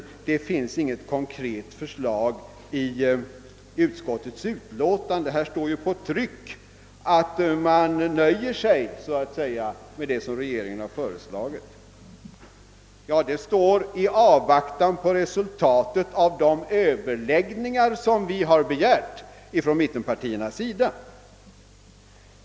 Det finns emellertid inget förslag härvidlag i statsutskottets utlåtande, säger utrikesministern — där står på tryck att man nöjer sig med vad regeringen föreslagit. Ja, det står i reservationen d a, att »i avvaktan på resultatet av de begärda överläggningarna» kan Kungl. Maj:ts anslagsäskanden för nästa budgetår godtagas.